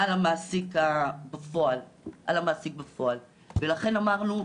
על המעסיק בפועל, ולכן אמרנו,